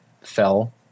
fell